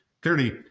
Clearly